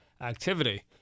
activity